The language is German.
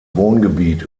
wohngebiet